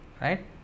right